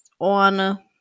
on